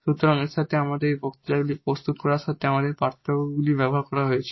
সুতরাং এর সাথে এখন আমাদের এই বক্তৃতাগুলি প্রস্তুত করার জন্য এই ডিফারেনশিয়ালগুলি ব্যবহার করা হয়েছে